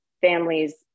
families